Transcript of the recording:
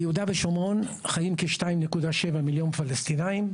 ביהודה ושומרון חיים כ-2.7 מיליון פלסטינים,